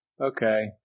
okay